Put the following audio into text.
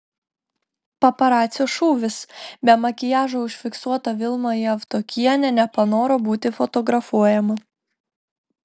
paparacio šūvis be makiažo užfiksuota vilma javtokienė nepanoro būti fotografuojama